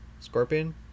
Scorpion